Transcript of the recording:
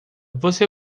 você